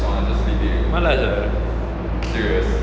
malas ah